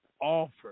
offer